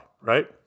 right